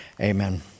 amen